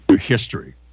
history